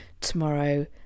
tomorrow